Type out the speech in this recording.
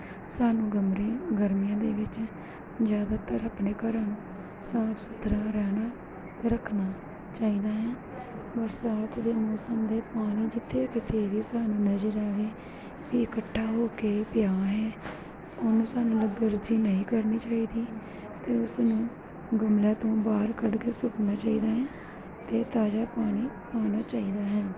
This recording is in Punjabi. ਸਾਨੂੰ ਗਰਮੀ ਗਰਮੀਆਂ ਦੇ ਵਿੱਚ ਜ਼ਿਆਦਾਤਰ ਆਪਣੇ ਘਰਾਂ ਨੂੰ ਸਾਫ ਸੁਥਰਾ ਰਹਿਣਾ ਰੱਖਣਾ ਚਾਹੀਦਾ ਹੈ ਬਰਸਾਤ ਦੇ ਮੌਸਮ ਦੇ ਪਾਣੀ ਜਿੱਥੇ ਕਿਤੇ ਵੀ ਸਾਨੂੰ ਨਜ਼ਰ ਆਵੇ ਵੀ ਇਕੱਠਾ ਹੋ ਕੇ ਪਿਆ ਹੈ ਉਹਨੂੰ ਸਾਨੂੰ ਲੱਗਰਜੀ ਨਹੀਂ ਕਰਨੀ ਚਾਹੀਦੀ ਉਸ ਨੂੰ ਗਮਲਿਆਂ ਤੋਂ ਬਾਹਰ ਕੱਢ ਕੇ ਸੁੱਟਣਾ ਚਾਹੀਦਾ ਹੈ ਅਤੇ ਤਾਜ਼ਾ ਪਾਣੀ ਪਾਉਣਾ ਚਾਹੀਦਾ ਹੈ